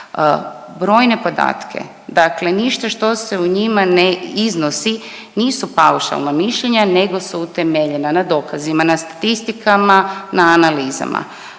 brojne podatke, dakle ništa što se u njima ne iznosi nisu paušalna mišljenja nego su utemeljena na dokazima, na statistikama, na analizama,